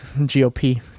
GOP